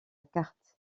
carte